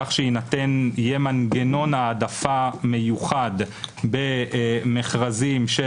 כך שיינתן יהיה מנגנון ההעדפה מיוחד במכרזים של